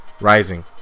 Rising